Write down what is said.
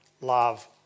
love